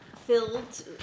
filled